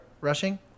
rushing